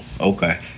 Okay